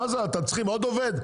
מה זה אתם צריכים עוד עובד?